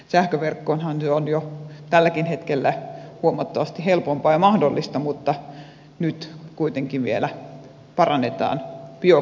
sähköverkkoonhan se on jo tälläkin hetkellä huomattavasti helpompaa ja mahdollista mutta nyt kuitenkin vielä parannetaan biokaasun osalta